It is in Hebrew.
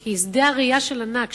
כי שדה הראייה של הנהג,